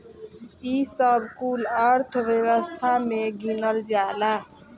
ई सब कुल अर्थव्यवस्था मे गिनल जाला